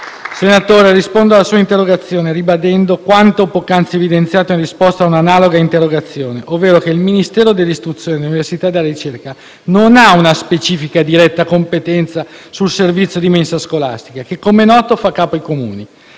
Presidente, rispondo all'interrogazione ribadendo quanto poc'anzi evidenziato nella risposta ad analoga interrogazione, ovvero che il Ministero dell'istruzione, dell'università e della ricerca non ha una specifica diretta competenza sul servizio di mensa scolastica che, com'è noto, fa capo ai Comuni,